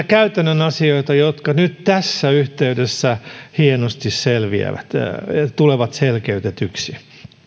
käytännön asioita jotka nyt tässä yhteydessä hienosti tulevat selkeytetyiksi